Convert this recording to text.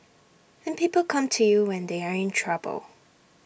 and people come to you when they are in trouble